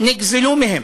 נגזלו מהם.